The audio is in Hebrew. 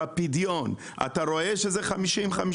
בפדיון אתה רואה שזה 50-50?